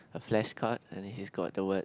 a flashcard and it is got the word